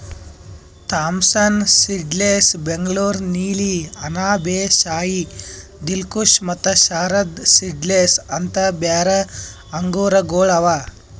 Thompson seedless, Bengaluru ನೀಲಿ, ಅನಾಬ್ ಎ ಶಾಹಿ, ದಿಲ್ಖುಷ ಮತ್ತ Sharad seedless ಅಂತ್ ಬ್ಯಾರೆ ಆಂಗೂರಗೊಳ್ ಅವಾ